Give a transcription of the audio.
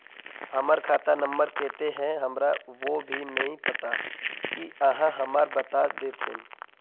हमर खाता नम्बर केते है हमरा वो भी नहीं पता की आहाँ हमरा बता देतहिन?